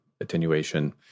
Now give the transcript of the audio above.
attenuation